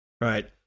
right